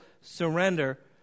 surrender